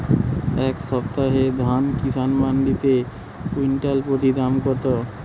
এই সপ্তাহে ধান কিষান মন্ডিতে কুইন্টাল প্রতি দাম কত?